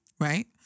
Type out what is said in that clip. Right